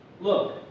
Look